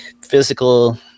physical